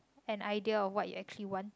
an idea of what you actually want